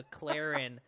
McLaren